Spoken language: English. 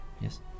yes